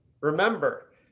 remember